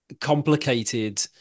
complicated